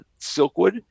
Silkwood